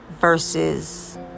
versus